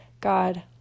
God